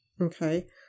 Okay